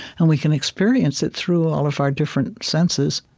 and we can experience it through all of our different senses.